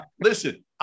Listen